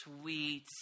sweet